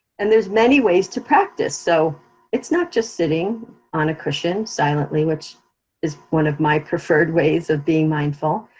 and there's many ways to practice, so it's not just sitting on a cushion silently, which is one of my preferred ways of being mindful.